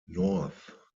north